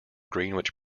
greenwich